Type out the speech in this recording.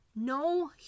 No